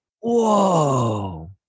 whoa